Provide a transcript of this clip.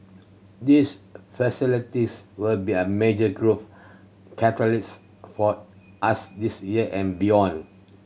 this facilities will be a major growth catalyst for us this year and beyond